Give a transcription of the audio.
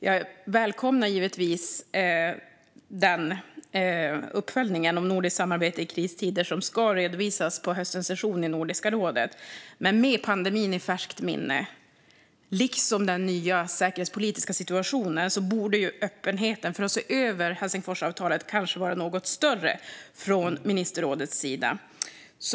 Jag välkomnar givetvis den uppföljning om nordiskt samarbete i kristider som ska redovisas på höstens session i Nordiska rådet. Men med pandemin i färskt minne, liksom den nya säkerhetspolitiska situationen, borde öppenheten för att se över Helsingforsavtalet kanske vara något större från ministerrådets sida.